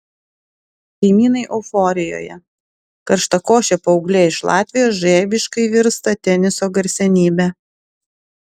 kaimynai euforijoje karštakošė paauglė iš latvijos žaibiškai virsta teniso garsenybe